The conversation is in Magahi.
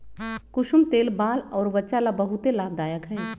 कुसुम तेल बाल अउर वचा ला बहुते लाभदायक हई